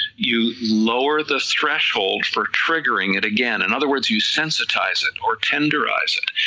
you lower the threshold for triggering it again, in other words you sensitize it or tenderize it,